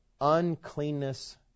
uncleanness